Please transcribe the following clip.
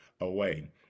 away